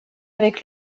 avec